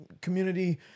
community